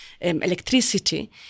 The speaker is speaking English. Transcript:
electricity